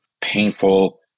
painful